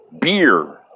Beer